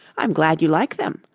i'm glad you like them,